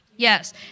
Yes